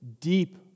deep